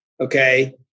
Okay